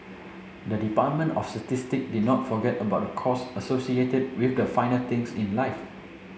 the Department of Statistic did not forget about the costs associated with the finer things in life